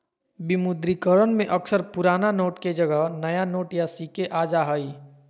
विमुद्रीकरण में अक्सर पुराना नोट के जगह नया नोट या सिक्के आ जा हइ